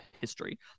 history